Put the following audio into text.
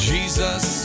Jesus